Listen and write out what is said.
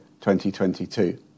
2022